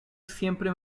siempre